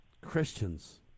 Christians